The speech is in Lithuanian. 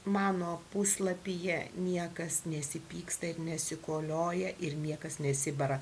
mano puslapyje niekas nesipyksta ir nesikolioja ir niekas nesibara